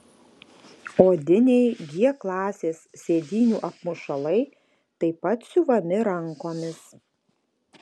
odiniai g klasės sėdynių apmušalai taip pat siuvami rankomis